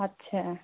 अच्छा